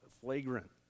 flagrant